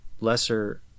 lesser